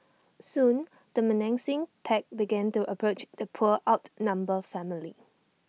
soon the menacing pack began to approach the poor outnumbered family